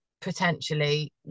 potentially